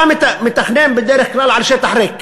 אתה מתכנן בדרך כלל על שטח ריק.